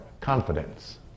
confidence